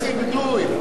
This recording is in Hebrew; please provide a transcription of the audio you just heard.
איזה "איבדו"?